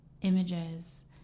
images